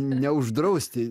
ne uždrausti